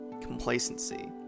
complacency